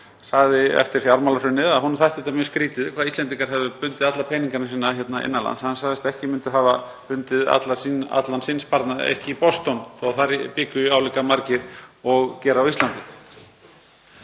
sagði eftir fjármálahrunið að sér þætti mjög skrýtið að Íslendingar hefðu bundið alla peningana sína hér innan lands. Hann sagðist ekki myndu hafa bundið allan sinn sparnað í Boston þótt þar byggju álíka margir og á Íslandi.